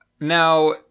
Now